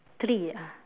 three ah